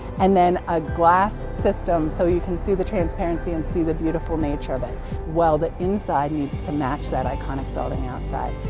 and then a glass system, so you can see the transparency and see the beautiful nature of it while the inside needs to match that iconic building outside.